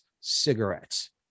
cigarettes